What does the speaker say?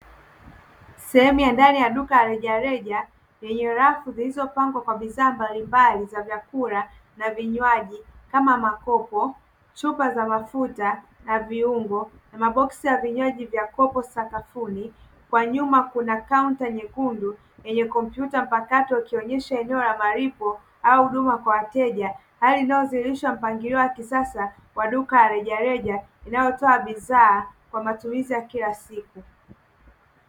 Sehemu ya ndani ya duka la rejareja lenye rafu zilizopangwa kwa bidhaa mbalimbali za vyakula na vinywaji kama makopo, chupa za mafuta na viungo na maboksi ya vinywaji sakafuni kwa nyuma kuna kaunta nyekundu yenye kompyuta mpakato ikionyesha eneo la malipo au huduma kwa wateja hali unaoonyesha mpangilio wa kisasa wa duka la rejareja linalotoa bidhaa kwa matumizi ya kila siku.